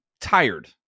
tired